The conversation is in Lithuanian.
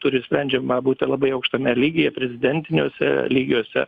turi sprendžiama būti labai aukštame lygyje prezidentiniuose lygiuose